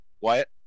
Wyatt